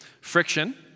Friction